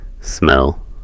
smell